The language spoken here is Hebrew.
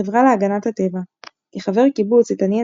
החברה להגנת הטבע כחבר קיבוץ התעניין